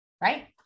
right